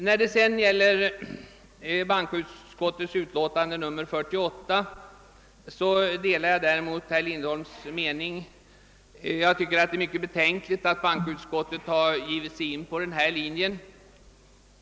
När det gäller bankoutskottets utlåtande nr 48 delar jag däremot herr Lindholms mening. Det är mycket betänkligt att bankoutskottet har gett sig in på den här linjen.